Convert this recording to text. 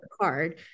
card